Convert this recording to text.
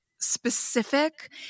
specific